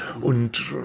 Und